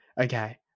okay